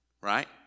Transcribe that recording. right